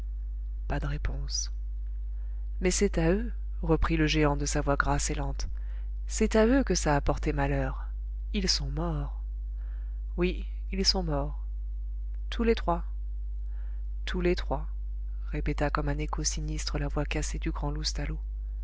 pas de réponse mais c'est à eux reprit le géant de sa voix grasse et lente c'est à eux que ça a porté malheur ils sont morts oui ils sont morts tous les trois tous les trois répéta comme un écho sinistre la voix cassée du grand